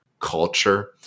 culture